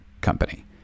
company